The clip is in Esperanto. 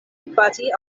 bati